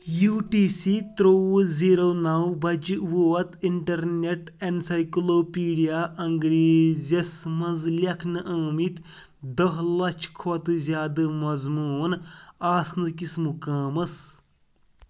U T C ترٛوٛوُہ zero نَو بَجے ووت اِنٹرنؠٹ اینسایکلوپیٖڈیا انٛگریٖزیس منٛز لیکھنہٕ آمٕتۍ دَہ لَچھ کھۄتہٕ زیٛادٕ مضموٗن آسنہٕ کِس مُقامَس